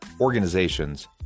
organizations